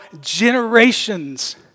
generations